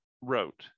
wrote